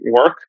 work